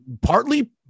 partly